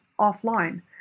offline